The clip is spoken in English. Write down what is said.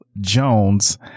Jones